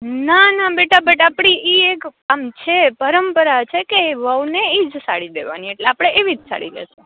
ના ના બેટા બટ આપળી ઇ એક આમ છે પરંપરા છે કે ઇ વવુંને ઈજ સાળી દેવાની એટલે આપળે એવીજ સાળી દેશું